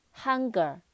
hunger